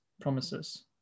promises